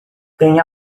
tem